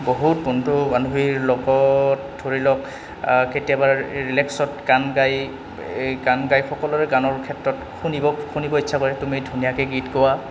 বহুত বন্ধু বান্ধৱীৰ লগত ধৰি লওক কেতিয়াবা ৰিলেক্সত গান গাই এই গান গাই সকলোৰে গানৰ ক্ষেত্ৰত শুনিব শুনিব ইচ্ছা কৰে তুমি ধুনীয়াকে গীত গোৱা